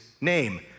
name